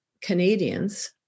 Canadians